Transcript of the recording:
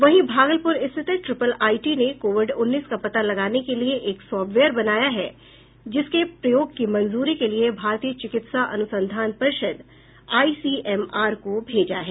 वहीं भागलपुर स्थित triple IT ने कोविड उन्नीस का पता लगाने के लिए एक सॉफ्टवेयर बनाया है जिसके प्रयोग की मंजूरी के लिए भारतीय चिकित्सा अनुसंधान परिषद आईसीएमआर को भेजा है